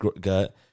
gut